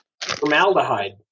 Formaldehyde